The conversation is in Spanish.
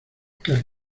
aquel